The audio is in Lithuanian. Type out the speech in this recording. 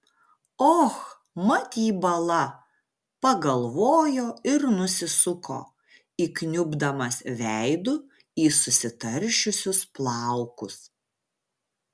och mat jį bala pagalvojo ir nusisuko įkniubdamas veidu į susitaršiusius plaukus